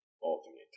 alternate